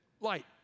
light